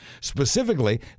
Specifically